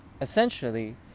essentially